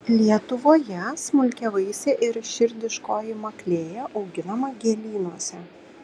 lietuvoje smulkiavaisė ir širdiškoji maklėja auginama gėlynuose